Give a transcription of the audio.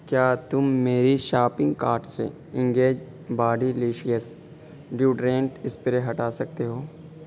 کیا تم میری شاپنگ کارٹ سے Engage bodylicious deodorant spray ہٹا سکتے ہو